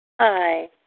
Hi